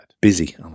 Busy